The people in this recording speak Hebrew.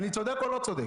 אני צודק או לא צודק?